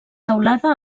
teulada